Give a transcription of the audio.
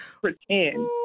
pretend